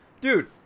dude